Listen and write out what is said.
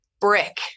brick